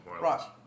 Right